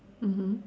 mmhmm